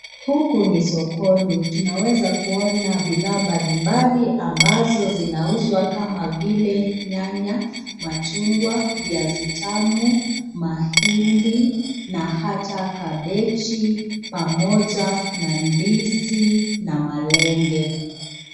Huku ni sokoni, tunaweza kuona bidhaa mbalimbali ambazo zinauzwa kama vile nyanya, machungwa, viazi tamu, mahindi, na hata kabeji, pamoja na ndizi na malenge.